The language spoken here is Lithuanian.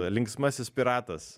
linksmasis piratas